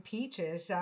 Peaches